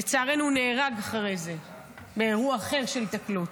לצערנו, הוא נהרג אחרי זה באירוע אחר של היתקלות.